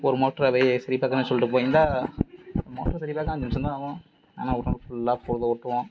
ஒரு மோட்ரை போய் சரி பார்க்கணுன்னு சொல்லிட்டுப் போயிருந்தால் மோட்ரு சரி பார்க்க அஞ்சு நிமிசம் தான் ஆகும் ஆனால் ஒரு நாள் ஃபுல்லாக பொழுத ஓட்டுவோம்